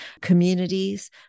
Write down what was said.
communities